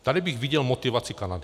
Tady bych viděl motivaci Kanady.